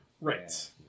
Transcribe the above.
Right